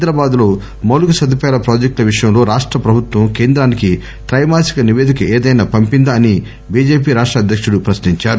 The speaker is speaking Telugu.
హైదరాబాద్ లో మౌలిక సదుపాయాల ప్రాజెక్టుల విషయంలో రాష్ట ప్రభుత్వం కేంద్రానికి తైమాసిక నిపేదిక ఏదైనా పంపిందా అని బిజెపి రాష్ట అధ్యకుడు ప్రశ్నించారు